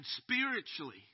spiritually